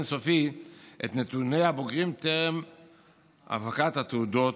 סופי את נתוני הבוגרים טרם הפקת התעודות.